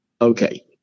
Okay